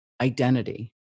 identity